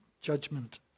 judgment